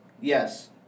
Yes